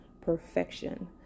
perfection